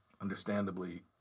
understandably